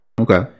okay